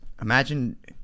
Imagine